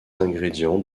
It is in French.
ingrédients